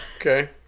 Okay